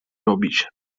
robić